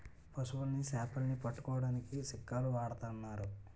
పశువులని సేపలని పట్టుకోడానికి చిక్కాలు వాడతన్నారు